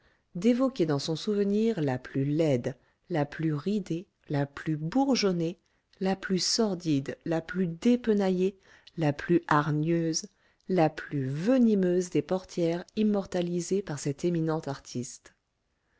d'évoquer dans son souvenir la plus laide la plus ridée la plus bourgeonnée la plus sordide la plus dépenaillée la plus hargneuse la plus venimeuse des portières immortalisées par cet éminent artiste